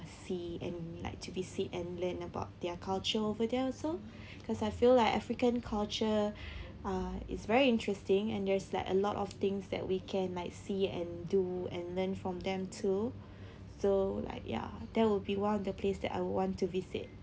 see and like to be sit and learn about their culture over there also because I feel like african culture uh is very interesting and there's like a lot of things that we can like see and do and learn from them too so like ya that will be one of the place that I want to visit